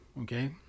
Okay